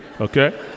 Okay